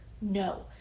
no